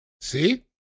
See